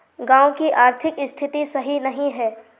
गाँव की आर्थिक स्थिति सही नहीं है?